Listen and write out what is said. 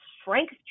strength